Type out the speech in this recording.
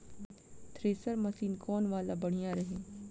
Thresher machine कौन वाला बढ़िया रही?